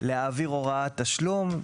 להעביר הוראת תשלום.